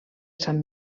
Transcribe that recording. sant